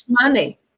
money